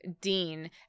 Dean